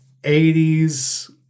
80s